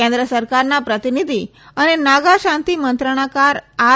કેન્દ્ર સરકારના પ્રતિનિધિ અને નાગા શાંતી મંત્રણાકાર આર